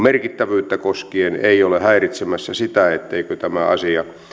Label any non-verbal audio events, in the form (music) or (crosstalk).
(unintelligible) merkittävyyttä koskien ei ole häiritsemässä sitä etteikö tämä asia